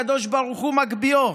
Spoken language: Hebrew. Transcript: הקדוש ברוך הוא מגביהו,